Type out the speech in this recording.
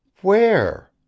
Where